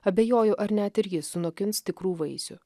abejoju ar net ir jis sunokins tikrų vaisių